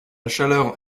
chaleur